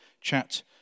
chat